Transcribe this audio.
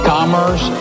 Commerce